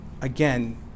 again